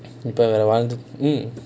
people will want to hmm